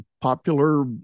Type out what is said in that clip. popular